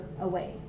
away